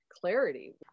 clarity